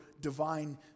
divine